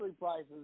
prices